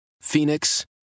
Phoenix